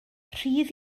rhydd